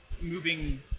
moving